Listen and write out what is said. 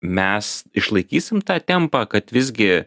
mes išlaikysim tą tempą kad visgi